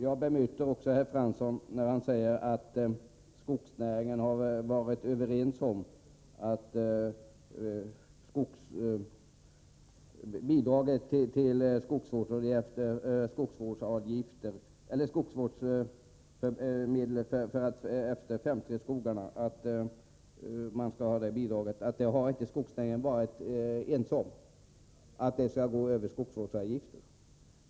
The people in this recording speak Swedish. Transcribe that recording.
Jag bemöter också herr Fransson när han säger att man inom skogsnäringen har varit överens om att bidragen beträffande de s.k. 5:3-skogarna skulle gå över skogsvårdsavgiften.